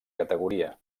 categoria